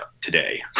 today